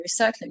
recycling